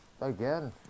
again